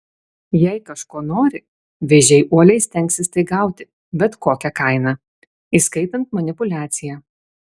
jei kažko nori vėžiai uoliai stengsis tai gauti bet kokia kaina įskaitant manipuliaciją